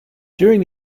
during